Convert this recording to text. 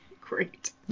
Great